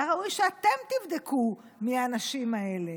היה ראוי שאתם תבדקו מי האנשים האלה,